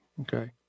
okay